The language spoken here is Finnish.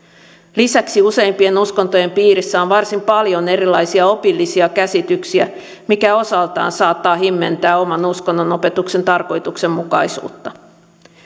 lisäksi useimpien uskontojen piirissä on varsin paljon erilaisia opillisia käsityksiä mikä osaltaan saattaa himmentää oman uskonnon opetuksen tarkoituksenmukaisuutta